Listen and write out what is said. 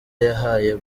yahaye